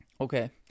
Okay